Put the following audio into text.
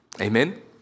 amen